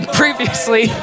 previously